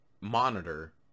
monitor